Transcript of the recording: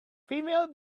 female